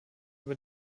über